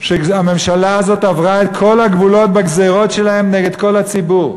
שהממשלה הזאת עברה את כל הגבולות בגזירות שלהם נגד כל הציבור.